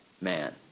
man